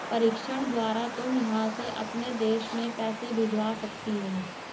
प्रेषण द्वारा तुम यहाँ से अपने देश में पैसे भिजवा सकती हो